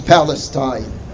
Palestine